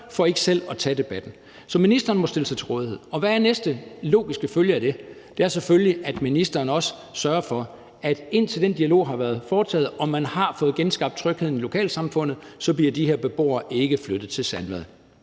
for ikke selv at tage debatten. Så ministeren må stille sig til rådighed. Hvad er næste logiske følge af det? Det er selvfølgelig, at ministeren også sørger for, at de her beboere, indtil den dialog har været foretaget og man har fået genskabt trygheden i lokalsamfundet, ikke bliver flyttet til Sandvad.